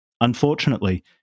Unfortunately